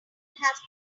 have